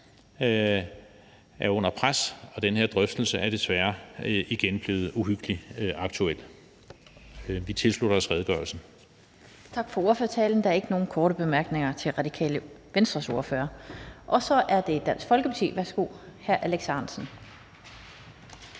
er under pres, og den her drøftelse er desværre igen blevet uhyggelig aktuel. Vi tilslutter os redegørelsen.